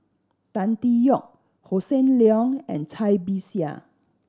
Tan Tee Yoke Hossan Leong and Cai Bixia